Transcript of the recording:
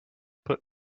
put